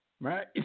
right